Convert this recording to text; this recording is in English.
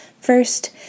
First